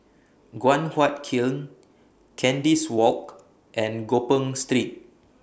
Guan Huat Kiln Kandis Walk and Gopeng Street